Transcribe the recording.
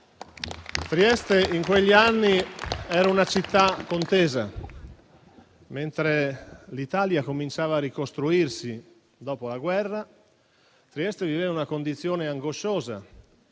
Trieste in quegli anni era una città contesa. Mentre l'Italia cominciava a ricostruirsi dopo la guerra, Trieste viveva la condizione angosciosa